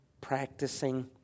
practicing